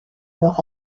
leur